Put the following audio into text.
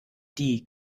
die